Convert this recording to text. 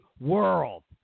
world